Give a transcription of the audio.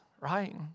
Right